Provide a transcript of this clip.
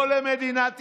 לא למדינת ישראל,